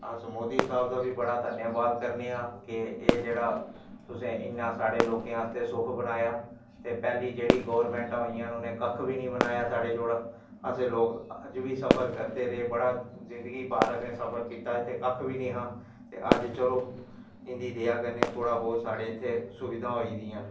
लोक इक दूऐ दे घर जंदे हे सुनने आस्तै हुन ते घर घर बी टीवी लोकैं लाए दे ऐ फोन घर घर रक्खे दा ऐ लोकें हुन जियां कल कोई खबर होए ते राती बी पता लगी जंदा भाई कल एह् कुछ होआ दा जियां कल इया होना ऐ जियां कोई बी जम्मू जां कुदै बी कोई मरी जा